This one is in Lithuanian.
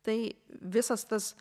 tai visas tas